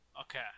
Okay